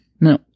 No